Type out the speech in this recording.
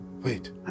Wait